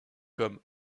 comme